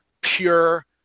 pure